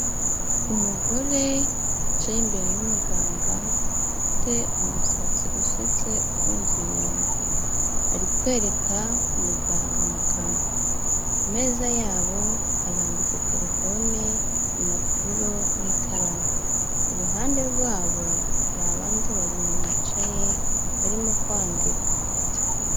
Umugore wicaye imbere y'umuganga, ufite umusatsi usutse ufungiye inyuma, ari kwereka umuganga mu kanwa, ku meza yabo harambitse telefone impapuro n'ikaramu, iruhande rwabo hari abandi babiri bicaye barimo kwandika.